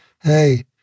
Hey